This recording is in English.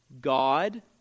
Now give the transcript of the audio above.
God